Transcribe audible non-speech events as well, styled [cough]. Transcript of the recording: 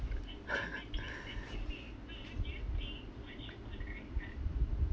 [laughs]